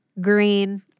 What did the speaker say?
Green